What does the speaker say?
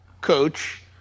coach